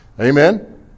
amen